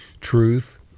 truth